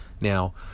Now